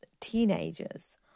teenagers